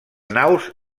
naus